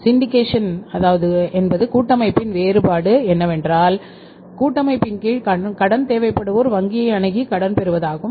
syndication என்பது கூட்டமைப்பின் வேறுபாடு என்னவென்றால் கூட்டமைப்பின் கீழ் கடன் தேவைப்படுவோர் வங்கியை அணுகி கடன் பெறுவது ஆகும்